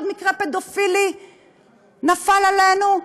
עוד מקרה פדופיליה נפל עלינו?